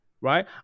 right